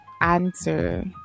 answer